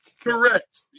Correct